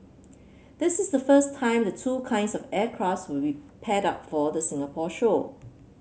this is the first time the two kinds of will be paired for the Singapore show